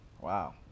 Wow